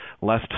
less